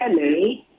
Hello